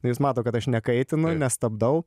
jis mato kad aš nekaitinu nestabdau